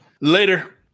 Later